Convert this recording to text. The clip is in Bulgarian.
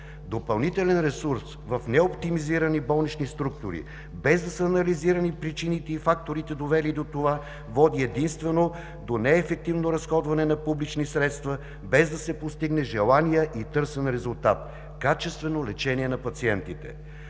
допълнителен ресурс в неоптимизирани болнични структури, без да са анализирани причините и факторите, довели до това, води единствено до неефективно разходване на публични средства без да се постигне желания и търсен резултат – качествено лечение на пациентите.